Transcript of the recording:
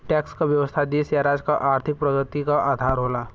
tax क व्यवस्था देश या राज्य क आर्थिक प्रगति क आधार होला